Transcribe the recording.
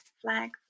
flag